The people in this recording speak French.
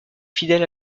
fidèle